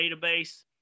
database